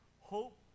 hope